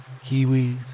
kiwis